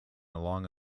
along